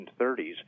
1930s